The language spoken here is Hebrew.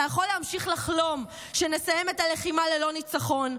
אתה יכול להמשיך לחלום שנסיים את הלחימה ללא ניצחון.